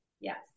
Yes